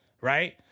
right